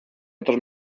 otros